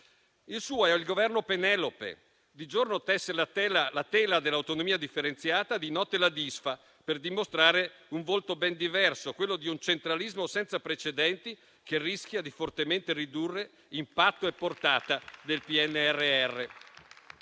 Il suo è il Governo Penelope: di giorno tesse la tela dell'autonomia differenziata, di notte la disfa per dimostrare un volto ben diverso, quello di un centralismo senza precedenti, che rischia fortemente di ridurre l'impatto e la portata del PNRR.